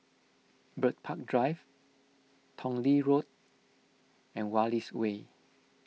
Bird Park Drive Tong Lee Road and Wallace Way